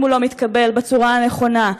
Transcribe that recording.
אם הוא לא ניתן בצורה הנכונה.